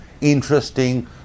interesting